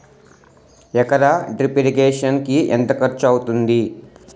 ఎకర drip irrigation కి ఎంత ఖర్చు అవుతుంది?